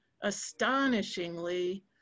astonishingly